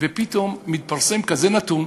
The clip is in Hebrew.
פתאום מתפרסם כזה נתון,